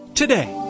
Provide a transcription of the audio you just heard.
Today